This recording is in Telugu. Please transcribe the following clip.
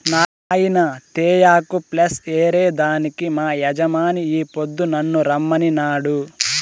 నాయినా తేయాకు ప్లస్ ఏరే దానికి మా యజమాని ఈ పొద్దు నన్ను రమ్మనినాడు